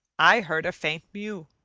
i heard a faint mew.